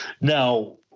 Now